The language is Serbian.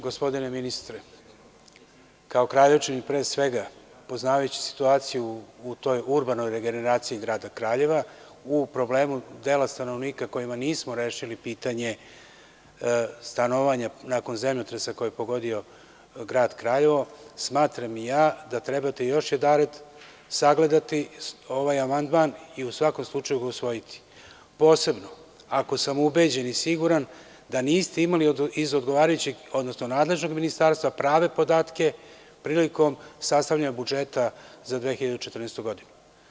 Gospodine ministre, kao Kraljevčanin pre svega, poznavajući situaciju u toj urbanoj regeneraciji grada Kraljeva, u problemu dela stanovnika kojima nismo rešili pitanje stanovanja nakon zemljotresa koji je pogodio Grad Kraljevo, smatram i ja da trebate još jednom sagledati ovaj amandman i u svakom slučaju ga usvojiti, posebno ako sam ubeđen i siguran da niste imali iz odgovarajućeg, odnosno nadležnog ministarstva prave podatke prilikom sastavljanja budžeta za 2014. godinu.